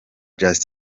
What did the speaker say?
just